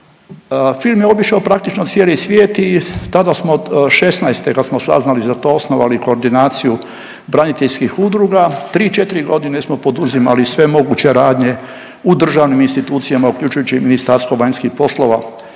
Film je obišao praktično cijeli svijet i tada smo '16. kada smo saznali za to osnovali koordinaciju braniteljskih udruga. 3, 4 godine smo poduzimali sve moguće radnje u državnim institucijama, uključujući i Ministarstvo vanjskih poslova